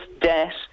debt